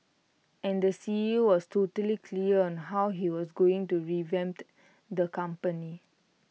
and the C E O was totally clear on how he was going to revamp the company